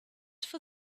for